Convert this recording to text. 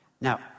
Now